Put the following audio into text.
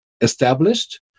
established